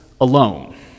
alone